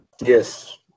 Yes